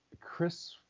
Chris